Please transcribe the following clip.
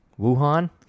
Wuhan